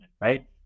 right